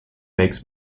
makes